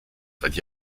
seit